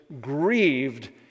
grieved